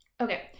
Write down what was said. Okay